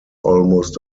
almost